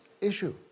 issue